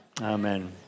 Amen